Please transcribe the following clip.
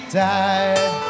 died